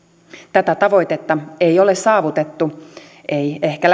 tätä tavoitetta ei ole saavutettu ei ehkä